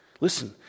Listen